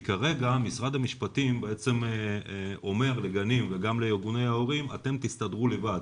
כי כרגע משרד המשפטים אומר לגנים ולארגוני ההורים 'אתם תסתדרו לבד.